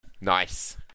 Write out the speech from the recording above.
Nice